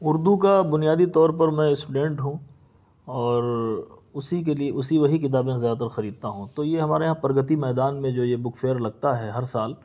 اردو کا بنیادی طور پر میں اسٹوڈینٹ ہوں اور اسی کے لئے اسی وہی کتابیں زیادہ تر خریدتا ہوں تو یہ ہمارے یہاں پرگتی میدان میں جو یہ بک فیئر لگتا ہے ہر سال